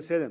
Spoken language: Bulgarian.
(7)